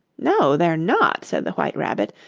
no, they're not said the white rabbit,